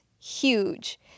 huge